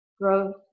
growth